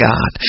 God